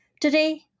Today